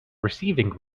receiving